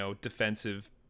defensive